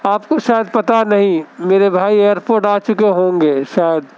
آپ کو شاید پتا نہیں میرے بھائی ائیرپوٹ آ چکے ہوں گے شاید